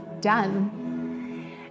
done